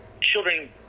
children